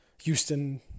Houston